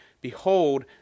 Behold